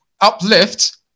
uplift